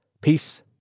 Peace